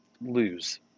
lose